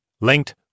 linked